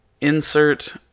insert